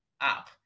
up